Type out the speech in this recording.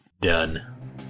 Done